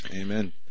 Amen